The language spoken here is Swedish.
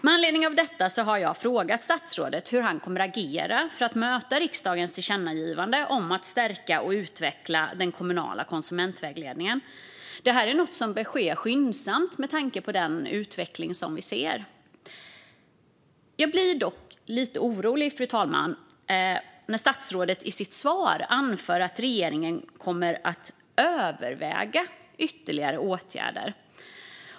Med anledning av detta har jag frågat statsrådet hur han kommer att agera för att möta riksdagens tillkännagivande om att stärka och utveckla den kommunala konsumentvägledningen. Det är något som bör ske skyndsamt med tanke på den utveckling vi ser. Fru talman! Jag blir dock lite orolig när statsrådet i sitt svar anför att regeringen kommer att överväga ytterligare åtgärder.